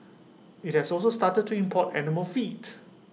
IT has also started to import animal feet